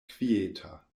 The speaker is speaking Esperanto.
kvieta